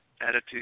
attitude